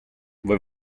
voi